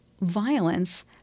violence